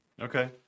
Okay